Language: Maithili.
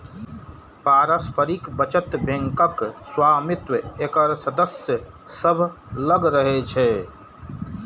पारस्परिक बचत बैंकक स्वामित्व एकर सदस्य सभ लग रहै छै